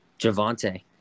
Javante